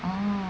orh